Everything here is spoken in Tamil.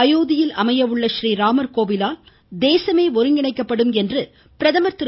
அயோத்தியில் அமைய உள்ள றீராமர் கோவிலால் தேசமே ஒருங்கிணைக்கப்படும் என்று பிரதமர் திரு